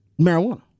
marijuana